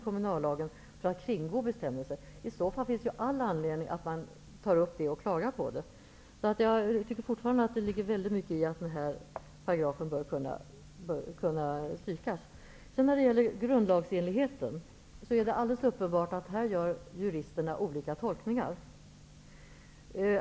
Då finns det ju all anledning att klaga på det. Jag tror alltså att den paragrafen kan strykas. När det gäller grundlagsenligheten gör juristerna uppenbarligen olika tolkningar.